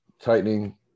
tightening